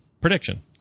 prediction